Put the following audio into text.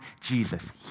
Jesus